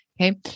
Okay